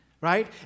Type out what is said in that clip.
right